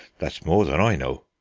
that's more than i know.